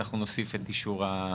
אנחנו נוסיף את אישור הוועדה.